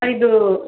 ಇದು